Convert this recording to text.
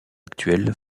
actuelle